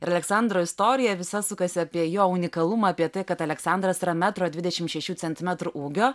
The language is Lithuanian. ir aleksandro istorija visa sukasi apie jo unikalumą apie tai kad aleksandras yra metro dvidešimt šešių centimetrų ūgio